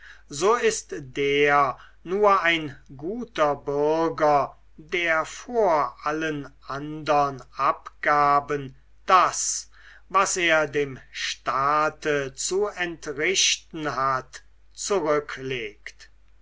so ist der nur ein guter bürger der vor allen andern ausgaben das was er dem staate zu entrichten hat zurücklegt